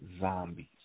zombies